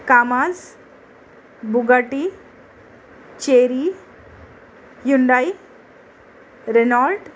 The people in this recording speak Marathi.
commas Bugatti Chery Hyundai Renault